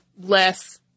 less